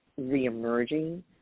reemerging